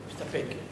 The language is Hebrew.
מסתפק.